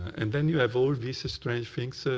and then you have all these strange things.